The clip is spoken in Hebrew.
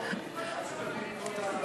שתהיה הצבעה.